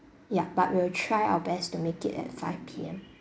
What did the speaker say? ya but we'll try our best to make it at five P_M